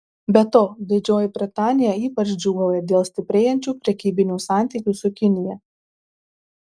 be to didžioji britanija ypač džiūgauja dėl stiprėjančių prekybinių santykių su kinija